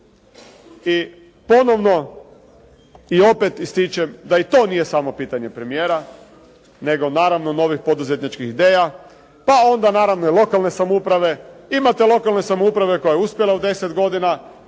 i ponovno i opet ističem da i to nije samo pitanje premijera, nego naravno novih poduzetničkih ideja, pa onda naravno i lokalne samouprave. Imate lokalne samouprave koja je uspjela u 10 godina